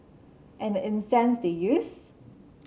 and the 'incense' they used